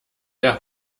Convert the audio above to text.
der